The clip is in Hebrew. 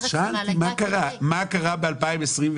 שאלתי מה קרה ב-2021?